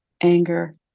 anger